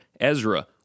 Ezra